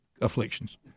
afflictions